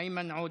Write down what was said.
איימן עודה,